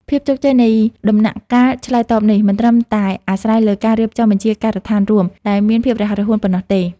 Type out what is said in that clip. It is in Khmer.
ភាពជោគជ័យនៃដំណាក់កាលឆ្លើយតបនេះ មិនត្រឹមតែអាស្រ័យលើការរៀបចំបញ្ជាការដ្ឋានរួមដែលមានភាពរហ័សរហួនប៉ុណ្ណោះទេ។